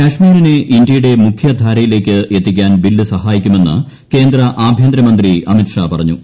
കാശ്മീരിനെ ഇന്ത്യയുടെ മുഖ്യധാരയിലേക്ക് എത്തിക്കാൻ ബില്ല് സഹായിക്കുമെന്ന് കേന്ദ്ര ആഭ്യന്തരമന്ത്രി അമിത് ഷാ പറഞ്ഞു